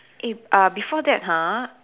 eh uh before that !huh!